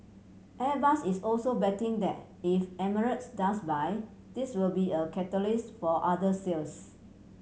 Airbus is also betting that if Emirates does buy this will be a catalyst for other sales